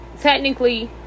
technically